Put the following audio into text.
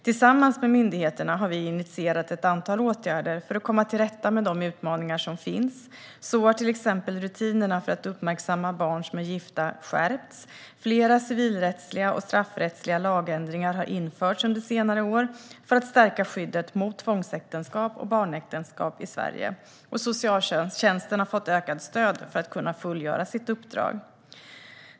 Tillsammans med myndigheterna har vi initierat ett antal åtgärder för att komma till rätta med de utmaningar som finns. Till exempel har rutinerna för att uppmärksamma barn som är gifta skärpts, flera civilrättsliga och straffrättsliga lagändringar har införts under senare år för att stärka skyddet mot tvångsäktenskap och barnäktenskap i Sverige, och socialtjänsten har fått ökat stöd för att kunna fullgöra sitt uppdrag.